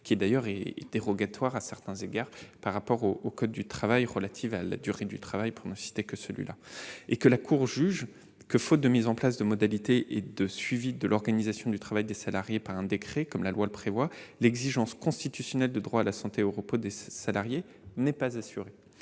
d'ailleurs dérogatoire à certains égards par rapport au code du travail s'agissant, par exemple, de la durée du travail. La Cour juge que, faute de mise en place de modalités et de suivi de l'organisation du travail des salariés par un décret, comme la loi le prévoit, l'exigence constitutionnelle de droit à la santé et au repos des salariés n'est pas assurée.